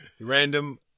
Random